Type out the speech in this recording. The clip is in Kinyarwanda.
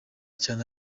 cyane